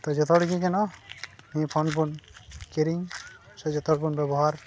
ᱛᱚ ᱡᱚᱛᱚ ᱦᱚᱲ ᱜᱮ ᱡᱮᱱᱚ ᱱᱚᱣᱟ ᱯᱷᱳᱱ ᱵᱚᱱ ᱠᱤᱨᱤᱧ ᱥᱮ ᱡᱚᱛᱚ ᱦᱚᱲ ᱵᱚᱱ ᱵᱮᱵᱚᱦᱟᱨ